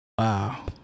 Wow